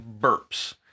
burps